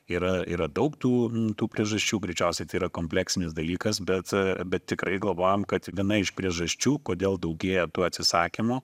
yra yra daug tų tų priežasčių greičiausiai tai yra kompleksinis dalykas bet bet tikrai galvojam kad viena iš priežasčių kodėl daugėja tų atsisakymų